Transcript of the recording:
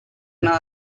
una